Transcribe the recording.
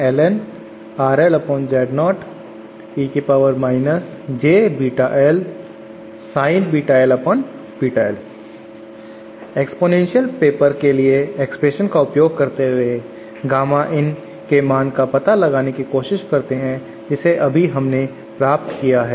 exponential paper के लिए expression का उपयोग करते हुए गामा in के मान का पता लगाने की कोशिश करते हैं जिसे अभी हमने प्राप्त किया है